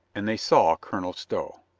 and they saw colonel stow.